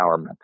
empowerment